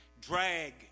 drag